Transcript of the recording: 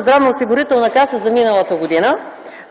здравноосигурителна каса за миналата година,